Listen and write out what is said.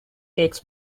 takes